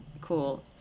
cool